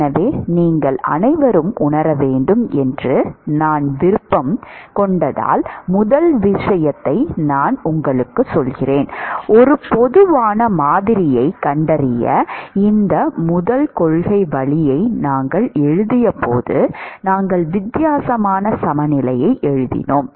எனவே நீங்கள் அனைவரும் உணர வேண்டும் என்று நான் விரும்பும் முதல் விஷயம் என்னவென்றால் ஒரு பொதுவான மாதிரியைக் கண்டறிய இந்த முதல் கொள்கை வழியை நாங்கள் எழுதியபோது நாங்கள் வித்தியாசமான சமநிலையை எழுதினோம்